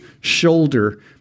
shoulder